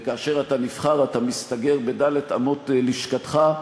וכאשר אתה נבחר אתה מסתגר בד' אמות לשכתך,